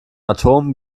atomen